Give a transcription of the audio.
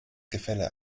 gefälle